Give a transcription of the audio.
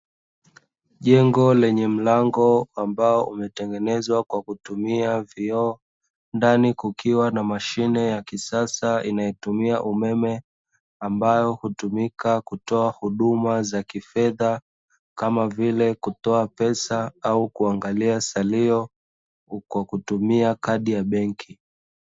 Jengo lenye mlango ambao umetengenezwa kwa kutumia vioo ndani kukiwa mashine ya kisasa inayotumia umeme, ambayo utumika kutoa huduma za kifedha kama vile kutoa pesa au kuangalia salio kwa kutumia kadi ya benki.